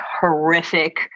horrific